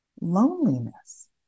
Loneliness